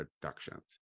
Productions